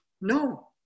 no